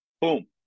boom